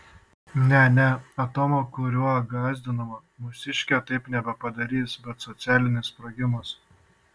ne ne atomo kuriuo gąsdinama mūsiškė taip nebepadarys bet socialinis sprogimas